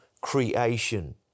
creation